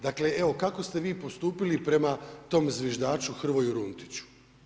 Dakle, evo, kako ste vi postupili prema tom zviždaču Hrvoju Runtiću.